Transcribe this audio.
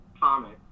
comment